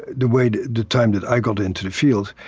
the way the the time that i got into the field,